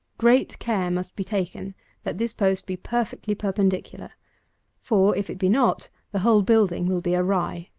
great care must be taken that this post be perfectly perpendicular for, if it be not, the whole building will be awry.